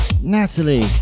Natalie